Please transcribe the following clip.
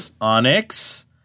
Onyx